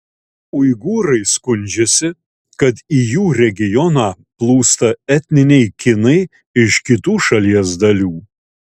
uigūrai skundžiasi kad į jų regioną plūsta etniniai kinai iš kitų šalies dalių